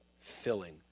filling